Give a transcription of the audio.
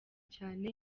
cyane